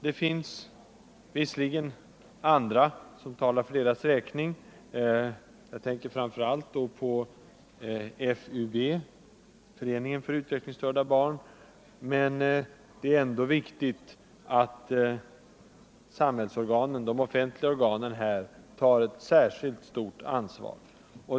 Det finns visserligen andra som talar för deras räkning — jag tänker på Föreningen för utvecklingsstörda barn —, men det är ändå viktigt att de offentliga organen här tar ett särskilt stort ansvar.